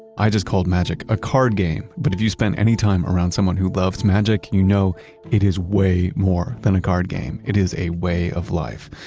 i just call magic a card game. but if you spent any time around someone who loves magic, you know it is way more than a card game. it is a way of life.